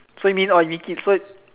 so you mean orh you make it so